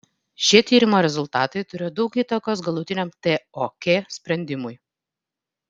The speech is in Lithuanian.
šie tyrimo rezultatai turėjo daug įtakos galutiniam tok sprendimui